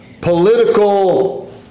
Political